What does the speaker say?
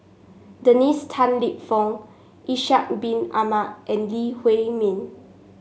Dennis Tan Lip Fong Ishak Bin Ahmad and Lee Huei Min